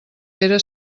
pere